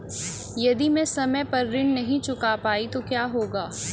यदि मैं समय पर ऋण नहीं चुका पाई तो क्या होगा?